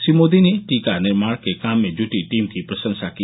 श्री मोदी ने टीका निर्माण के काम में जुटी टीम की प्रशंसा की